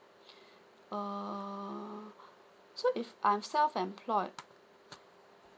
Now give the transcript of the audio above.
oh so if I'm self employed